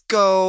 go